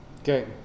Okay